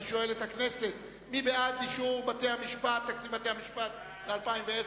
אני שואל את הכנסת: מי בעד אישור תקציב בתי-המשפט ל-2010?